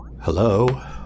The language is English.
Hello